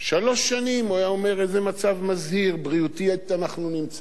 שלוש שנים הוא היה אומר באיזה מצב בריאותי מזהיר אנחנו נמצאים,